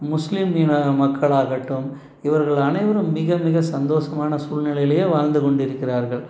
முஸ்லீம் இன மக்களாகட்டும் இவர்கள் அனைவரும் மிக மிக சந்தோசமான சூழ்நிலையிலேயே வாழ்ந்து கொண்டிருக்கிறார்கள்